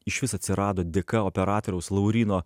išvis atsirado dėka operatoriaus lauryno